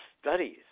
studies